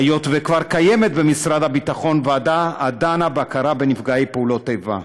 היות שכבר קיימת במשרד הביטחון ועדה הדנה בהכרה בנפגעי פעולות איבה,